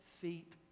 feet